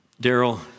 Darrell